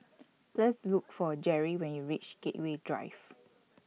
Please Look For Jerri when YOU REACH Gateway Drive